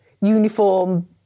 uniform